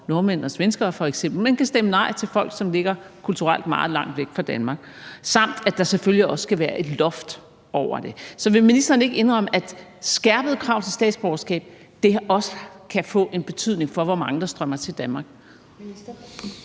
nordmænd og svenskere, men kan stemme nej til folk, som ligger kulturelt meget langt væk fra Danmark, samt at der selvfølgelig også skal være et loft over det. Så vil ministeren ikke indrømme, at skærpede krav til statsborgerskab også kan få en betydning for, hvor mange der strømmer til Danmark?